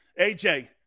AJ